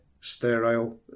sterile